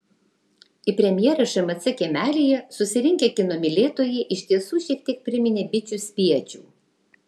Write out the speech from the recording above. į premjerą šmc kiemelyje susirinkę kino mylėtojai iš tiesų šiek tiek priminė bičių spiečių